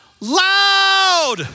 loud